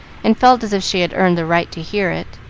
and felt as if she had earned the right to hear it.